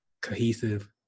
cohesive